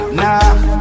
nah